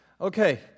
Okay